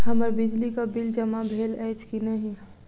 हम्मर बिजली कऽ बिल जमा भेल अछि की नहि?